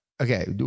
Okay